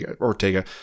Ortega